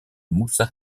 moussa